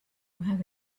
have